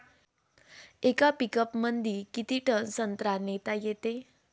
येका पिकअपमंदी किती टन संत्रा नेता येते?